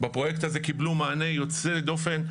בפרויקט הזה קיבלו מענה יוצא דופן.